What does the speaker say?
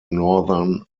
northern